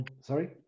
Sorry